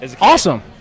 Awesome